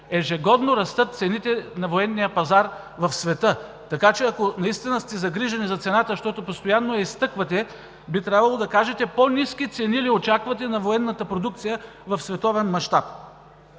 Ежегодно растат цените на военния пазар в света, така че, ако наистина сте загрижени за цената, защото постоянно я изтъквате, би трябвало да кажете по-ниски цени ли очаквате на военната продукция в световен мащаб?